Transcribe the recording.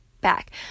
back